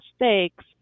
mistakes